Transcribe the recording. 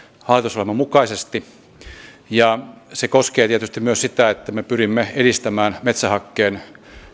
hallitusohjelman mukaisesti se koskee tietysti myös sitä että me pyrimme edistämään metsähakkeen